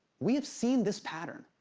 we have seen this pattern.